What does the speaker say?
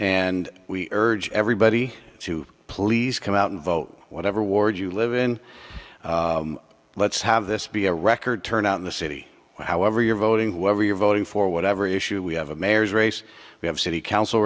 and we urge everybody to please come out and vote whatever ward you live in let's have this be a record turnout in the city however you're voting whether you're voting for whatever issue we have a mayor's race we have city council